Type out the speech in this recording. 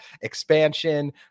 expansion